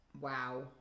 Wow